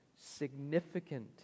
significant